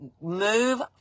move